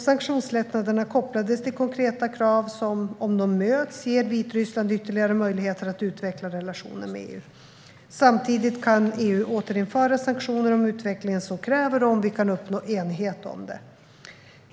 Sanktionslättnaderna kopplades till konkreta krav som, om de möts, ger Vitryssland ytterligare möjligheter att utveckla relationen med EU. Samtidigt kan EU återinföra sanktioner om utvecklingen så kräver och om vi kan uppnå enighet om det.